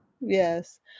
Yes